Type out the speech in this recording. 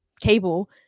cable